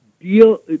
deal